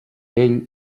ell